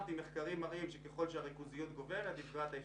עבודות מחקר שנעשו בשנים האחרונות מצביעות על קשר